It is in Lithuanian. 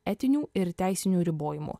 etinių ir teisinių ribojimų